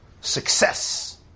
success